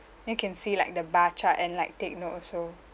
you can see like the bar chart and like take note also